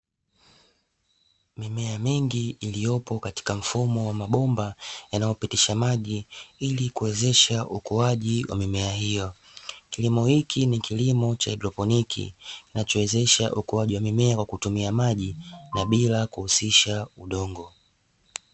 Mimea mingi iliopo katika mfumo wa mabomba yanayopitisha maji ili kuwezesha ukuaji wa mimea hiyo. Kilimo hiki ni kilimo cha haidroponi, kinachowezesha ukuaji wa mimea kwa kutumia maji na bila kuhusisha udongo.